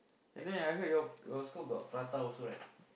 and then I heard your your school got Prata also right